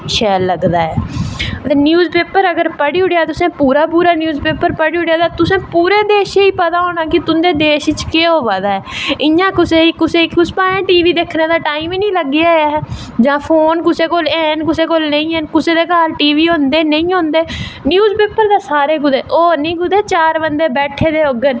शैल लगदा ऐ ते अगर न्यूज पेपर पढ़ी ओड़ेआ तुसें पूरा पूरा न्यू पेपर पढ़ी ओड़ेआ ते तुसेंगी पूरे देश दा पता होना ऐ कि तुदें देश च केह् होआ दा ऐ इयां कुस पता कुसे गी टी वी दिक्खने दा टैम गै नी लग्गै जां फोन कुसे कोल हैन कुसे कोल नी हैन कुसे दे घर टी बी होंदे कुसे दे घर नेईं होंदे न्यूज पेपर सारें होर नी कुसै चार बंदे बैठे दे होंगन